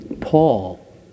Paul